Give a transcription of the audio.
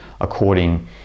according